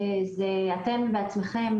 אתם בעצמכם,